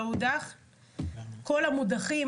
לגבי המודחים